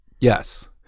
yes